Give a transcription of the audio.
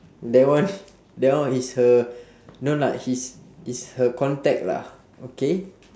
that one that one is her no lah his is her contact lah okay